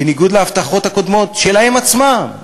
בניגוד להבטחות שלהם עצמם,